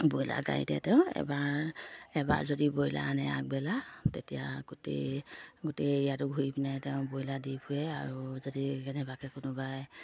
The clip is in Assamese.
ব্ৰইলাৰ গাড়ীতে তেওঁ এবাৰ এবাৰ যদি ব্ৰইলাৰ আনে আগবেলা তেতিয়া গোটেই গোটেই এৰিয়াটো ঘূৰি পিনে তেওঁ ব্ৰইলাৰ দি ফুৰে আৰু যদি কেনেবাকৈ কোনোবাই